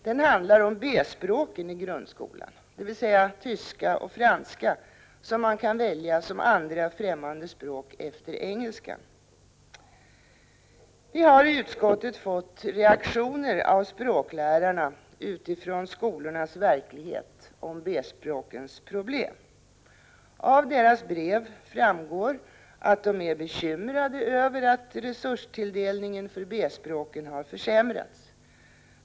Den handlar om B-språken i grundskolan, dvs. tyska och franska, som man kan välja som andra främmande språk efter engelskan. Vi har i utskottet fått reaktioner från språklärarna om B-språkens problem utifrån skolornas verklighet. Av deras brev framgår att de är bekymrade över att resurstilldelningen för B-språken har försämrats.